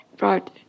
right